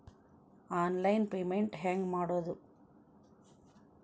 Online payment ಹೆಂಗ್ ಮಾಡೋದು?